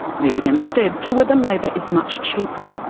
moving instead to where the labour is much cheaper.